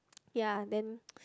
ya then